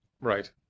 Right